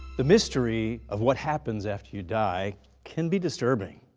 the mystery of what happens after you die can be disturbing.